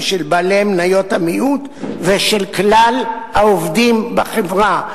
של בעלי מניות המיעוט ושל כלל העובדים בחברה,